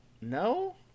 No